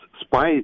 spy